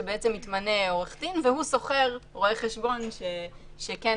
שבעצם מתמנה עו"ד והוא שוכר רואה חשבון שהיה